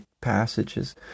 passages